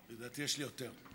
לדעתי, יש לי יותר.